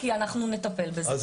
כי אנחנו נטפל בזה.